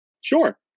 Sure